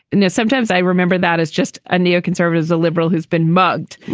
and yes, sometimes i remember that as just a neo conservatives, a liberal who's been mugged